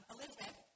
Elizabeth